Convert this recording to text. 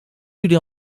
jullie